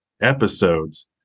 episodes